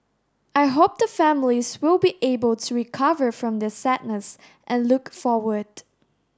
I hope the families will be able to recover from their sadness and look forward